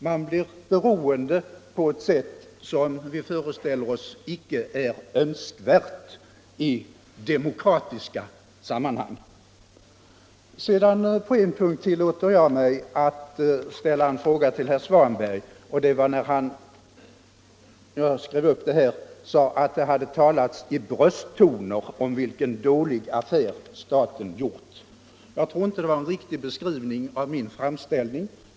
Man blir beroende på ett sätt som vi föreställer oss är icke önskvärt i demokratiska sammanhang. På en punkt tillåter jag mig att ställa en fråga till herr Svanberg. Han sade att det här hade talats i brösttoner om vilken dålig affär staten gjort. Jag tror inte att det var en riktig beskrivning av min framställning.